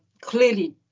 Clearly